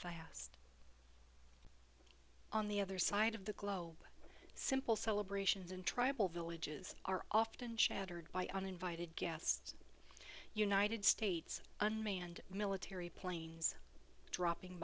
fast on the other side of the globe simple celebrations in tribal villages are often shattered by uninvited guests united states unmanned military planes dropping